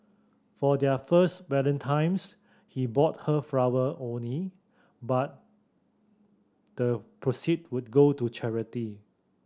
for their first he bought her flower only but the proceed would go to charity